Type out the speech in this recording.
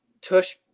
tush